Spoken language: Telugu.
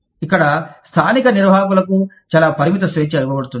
ఇక్కడ స్థానిక నిర్వాహకులకు చాలా పరిమిత స్వేచ్ఛ ఇవ్వబడుతుంది